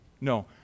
No